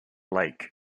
lake